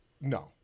No